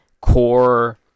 core